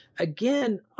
Again